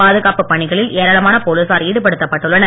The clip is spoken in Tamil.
பாதுகாப்பு பணிகளில் ஏராளமான போலீசார் ஈடுபடுத்தப்பட்டுள்ளனர்